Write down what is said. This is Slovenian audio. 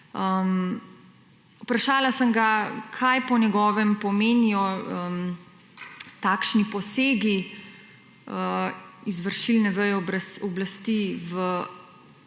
Vprašala sem ga, kaj po njegovem pomenijo takšni posegi izvršilne veje oblasti v